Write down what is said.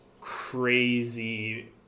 crazy